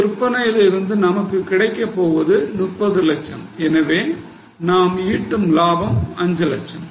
விற்பனையில் இருந்து நமக்கு கிடைக்கப்போவது 30 லட்சம் எனவே நாம் ஈட்டும் லாபம் 5 லட்சம்